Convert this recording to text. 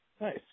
nice